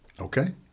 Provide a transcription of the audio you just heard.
Okay